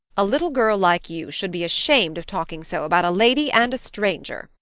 a little girl like you should be ashamed of talking so about a lady and a stranger,